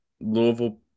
Louisville